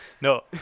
No